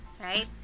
right